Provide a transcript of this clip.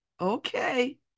okay